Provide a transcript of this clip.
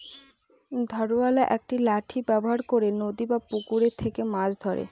ধারওয়ালা একটি লাঠি ব্যবহার করে নদী বা পুকুরে থেকে মাছ ধরে